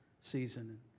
season